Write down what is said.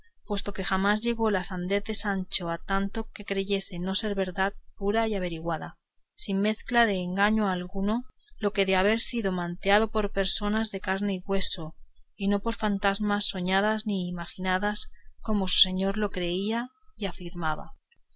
puesto que jamás llegó la sandez de sancho a tanto que creyese no ser verdad pura y averiguada sin mezcla de engaño alguno lo de haber sido manteado por personas de carne y hueso y no por fantasmas soñadas ni imaginadas como su señor lo creía y lo afirmaba